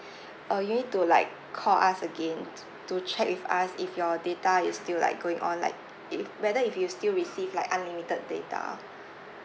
uh you need to like call us again to to check with us if your data is still like going on like if whether if you still receive like unlimited data